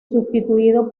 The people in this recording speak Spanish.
sustituido